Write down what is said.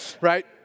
right